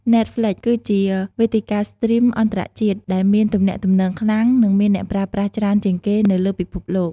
ណែតហ្ល្វិច (Netflix) គឺជាវេទិកាស្ទ្រីមអន្តរជាតិដែលមានទំនាក់ទំនងខ្លាំង និងមានអ្នកប្រើប្រាស់ច្រើនជាងគេនៅលើពិភពលោក។